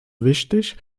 wichtig